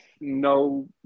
no